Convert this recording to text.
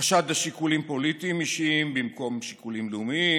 חשד לשיקולים פוליטיים אישיים במקום שיקולים לאומיים,